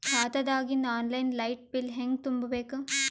ಖಾತಾದಾಗಿಂದ online light bill ಹೇಂಗ ತುಂಬಾ ಬೇಕು?